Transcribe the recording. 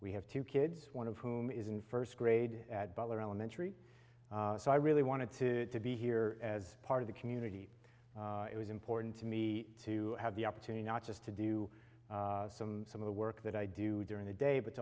we have two kids one of whom is in first grade at butler elementary so i really wanted to to be here as part of the community it was important to me to have the opportunity not just to do some some of the work that i do during the day but